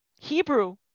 Hebrew